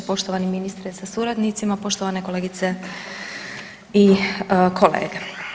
Poštovani ministre sa suradnicima, poštovane kolegice i kolege.